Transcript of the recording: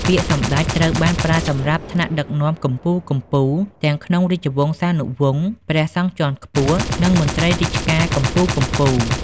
ពាក្យ សម្ដេច ត្រូវបានប្រើសម្រាប់ថ្នាក់ដឹកនាំកំពូលៗ ទាំងក្នុងរាជវង្សានុវង្ស ព្រះសង្ឃជាន់ខ្ពស់ និងមន្ត្រីរាជការកំពូលៗ។